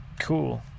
cool